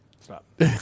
stop